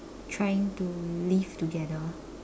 trying to live together